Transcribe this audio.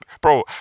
bro